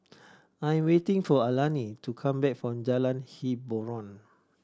I'm waiting for Alani to come back from Jalan Hiboran